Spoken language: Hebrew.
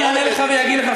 אני אענה לך ואגיד לך,